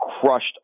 crushed